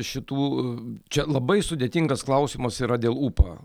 šitų čia labai sudėtingas klausimas yra dėl upa